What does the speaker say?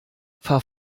fahr